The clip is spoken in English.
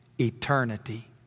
eternity